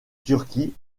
turquie